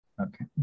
Okay